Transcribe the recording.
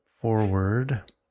forward